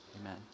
amen